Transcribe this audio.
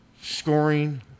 scoring